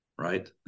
Right